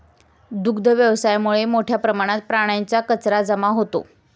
दुग्ध व्यवसायामुळे मोठ्या प्रमाणात प्राण्यांचा कचरा जमा होतो